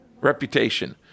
reputation